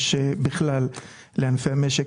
יש בכלל לענפי המשק,